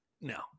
No